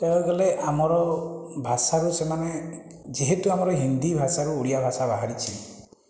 କହିବାକୁ ଗଲେ ଆମର ଭାଷାକୁ ସେମାନେ ଯେହେତୁ ଆମର ହିନ୍ଦୀ ଭାଷାରୁ ଓଡ଼ିଆ ଭାଷା ବାହାରିଛି